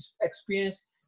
experience